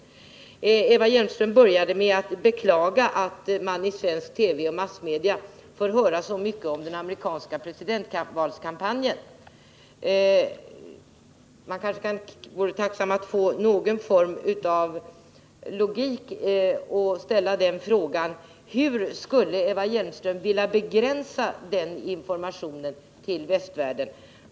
Eva Hjelmström började sitt anförande med att beklaga att vi i svensk TV och andra massmedia får höra så mycket om den amerikanska presidentvalskampanjen. Någon form av iogik vore här önskvärd. Jag vill ställa frågan: Hur skulle Eva Hjelmström vilja begränsa den informationen till västvärlden?